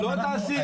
לא את האסיר.